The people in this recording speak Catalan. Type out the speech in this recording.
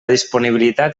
disponibilitat